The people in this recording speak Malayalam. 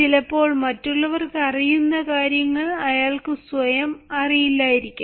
ചിലപ്പോൾ മറ്റുള്ളവർക്ക് അറിയുന്ന കാര്യങ്ങൾ അയാൾക്ക് സ്വയം അറിയില്ലായിരിക്കാം